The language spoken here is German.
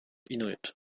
inuit